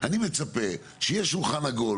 אני מצפה שיהיה שולחן עגול,